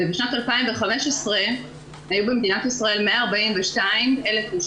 ובשנת 2015 היו במדינת ישראל 142,000 נשים